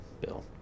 bill